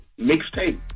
Mixtape